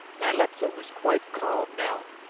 nyleptha was quite calm now